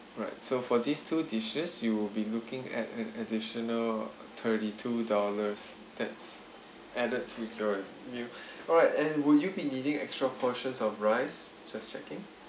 alright so for these two dishes you'll be looking at an additional thirty two dollars that's added to your new alright and would you be needing extra portions of rice just checking